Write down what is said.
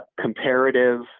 comparative